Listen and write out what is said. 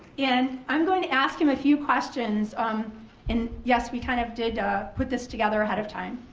and i'm going to ask him a few questions um and yes we kind of did put this together ahead of time.